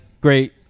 great